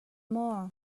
maw